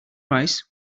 rice